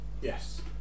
Yes